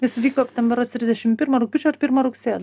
jis vyko ten berods trisdešim pirmą rugpjūčio ar pirmą rugsėjo